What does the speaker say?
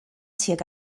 tuag